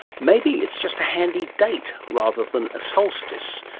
maybe it's just a handy date, rather than a solstice,